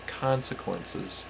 consequences